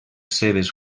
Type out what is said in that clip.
seves